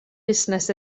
fusnes